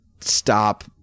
stop